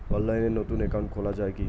অনলাইনে নতুন একাউন্ট খোলা য়ায় কি?